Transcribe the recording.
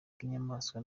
bw’inyamaswa